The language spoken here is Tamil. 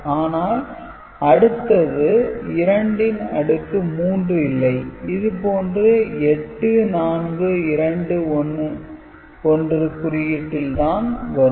ஆனால் அடுத்தது 2 ன் அடுக்கு 3 இல்லை இது போன்று 8421 குறியீட்டில் தான் வரும்